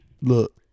Look